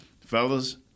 fellas